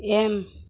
M